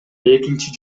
экинчи